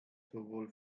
sowohl